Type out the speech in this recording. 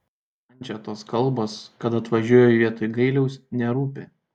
man čia tos kalbos kad atvažiuoju vietoj gailiaus nerūpi